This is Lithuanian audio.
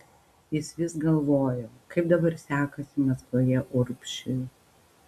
jis vis galvojo kaip dabar sekasi maskvoje urbšiui